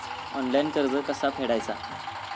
Online कर्ज कसा फेडायचा?